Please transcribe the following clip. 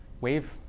wave